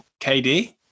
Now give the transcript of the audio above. KD